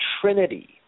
trinity